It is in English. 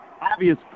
obvious